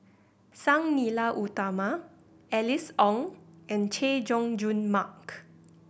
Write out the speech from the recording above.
Sang Nila Utama Alice Ong and Chay Jung Jun Mark